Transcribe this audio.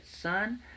Son